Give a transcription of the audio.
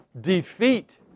defeat